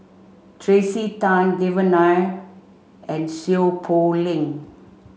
Tracey Tan Devan Nair and Seow Poh Leng